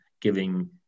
giving